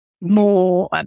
more